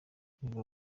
bivugwa